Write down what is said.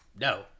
No